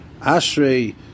Ashrei